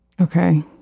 Okay